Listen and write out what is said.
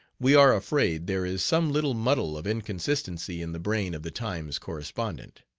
we are afraid there is some little muddle of inconsistency in the brain of the times' correspondent.